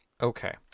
Okay